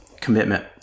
commitment